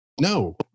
No